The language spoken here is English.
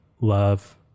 love